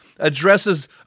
addresses